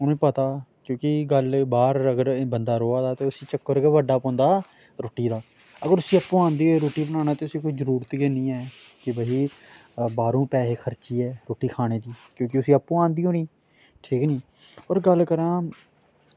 उ'नेंगी पता क्योंकि कल्ल बाह्र अगर बंदा र'वा दा ते उस्सी चक्कर गै बड़ा पौंदा रुट्टी दा अगर उस्सी आपूं आंदी होग बनाना रुट्टी ते उस्सी कोई जरूरत गै निं ऐ बाह्रों पैहे खर्चियै रुट्टी खानै गी क्योंकि उस्सी आपूं आंदी होनी ठीक नी होर गल्ल करांऽ